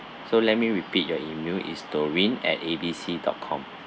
so let me repeat your email is doreen at A B C dot com